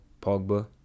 Pogba